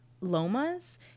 lomas